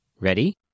Ready